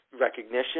recognition